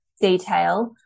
detail